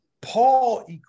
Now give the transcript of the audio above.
Paul